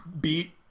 Beat